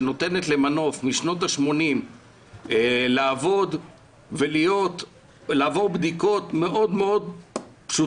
שנותנת למנוף משנות ה-80 לעבוד ולעבור בדיקות מאוד פשוטות,